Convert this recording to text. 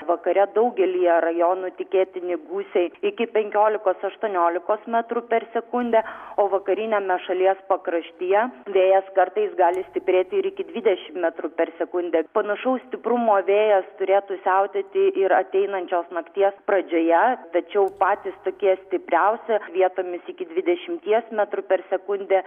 vakare daugelyje rajonų tikėtini gūsiai iki penkiolikos aštuoniolikos metrų per sekundę o vakariniame šalies pakraštyje vėjas kartais gali stiprėti ir iki dvidešimt metrų per sekundę panašaus stiprumo vėjas turėtų siautėti ir ateinančios nakties pradžioje tačiau patys tokie stipriausi vietomis iki dvidešimties metrų per sekundę